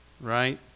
Right